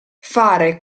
fare